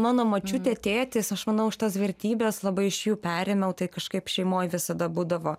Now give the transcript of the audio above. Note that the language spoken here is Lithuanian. mano močiutė tėtis aš manau šitas vertybes labai iš jų perėmiau tai kažkaip šeimoj visada būdavo